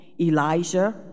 Elijah